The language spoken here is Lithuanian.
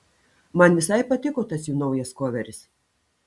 man visai patiko tas jų naujas koveris